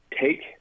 take